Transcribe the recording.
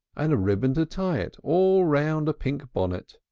and a ribbon to tie it all round a pink bonnet.